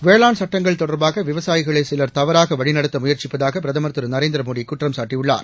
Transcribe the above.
வேளாண் சட்டங்கள் தொடர்பாக விவசாயிகளை சிலர் தவறாக வழிநடத்த முயற்சிப்பதாக பிரதமர் திரு நரேந்திரமோடி குற்றம்சாட்டியுள்ளார்